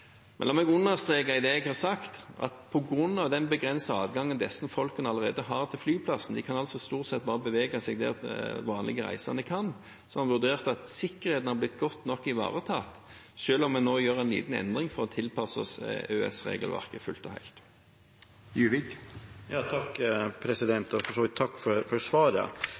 La meg understreke til det jeg har sagt, at på grunn av den begrensede adgangen disse folkene allerede har til flyplassen – de kan altså stort sett bare bevege seg der vanlige reisende kan – har man vurdert at sikkerheten er blitt godt nok ivaretatt, selv om vi nå gjør en liten endring for å tilpasse oss EØS-regelverket fullt og helt. Takk